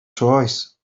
choice